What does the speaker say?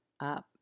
up